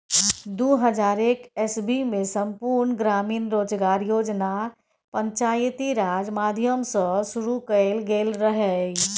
दु हजार एक इस्बीमे संपुर्ण ग्रामीण रोजगार योजना पंचायती राज माध्यमसँ शुरु कएल गेल रहय